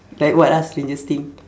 like what ah strangest thing